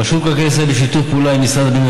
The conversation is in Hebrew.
רשות מקרקעי ישראל בשיתוף פעולה עם משרד הבינוי